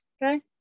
right